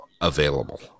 available